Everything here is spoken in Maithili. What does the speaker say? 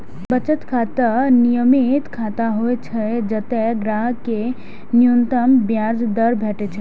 बचत खाता नियमित खाता होइ छै, जतय ग्राहक कें न्यूनतम ब्याज दर भेटै छै